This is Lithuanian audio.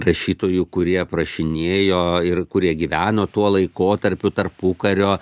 rašytojų kurie aprašinėjo ir kurie gyveno tuo laikotarpiu tarpukario